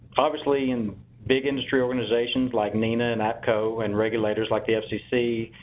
obviously in big industry organizations like nena and apco and regulators like the fcc,